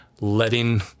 letting